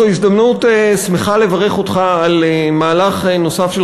זאת הזדמנות שמחה לברך אותך על מהלך נוסף של